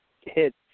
hit